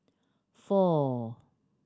four